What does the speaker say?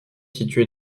située